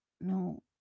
no